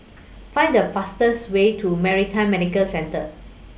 Find The fastest Way to Maritime Medical Centre